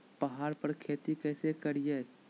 पहाड़ पर खेती कैसे करीये?